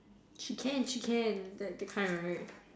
she can she can like that kind right